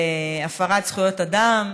להפרת זכויות אדם